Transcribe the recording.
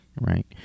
right